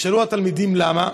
ישאלו התלמידים: למה?